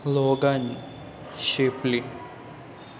लोगन शिपली